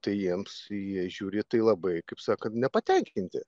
tai jiems jie žiūri į tai labai kaip sakant nepatenkinti